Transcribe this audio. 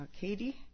Katie